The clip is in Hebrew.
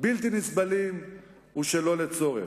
בלתי נסבלים ושלא לצורך?